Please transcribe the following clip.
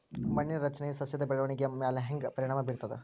ಮಣ್ಣಿನ ರಚನೆಯು ಸಸ್ಯದ ಬೆಳವಣಿಗೆಯ ಮ್ಯಾಲ ಹ್ಯಾಂಗ ಪರಿಣಾಮ ಬೀರ್ತದ?